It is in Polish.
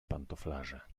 pantoflarze